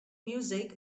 music